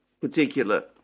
particular